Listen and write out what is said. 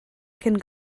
cyn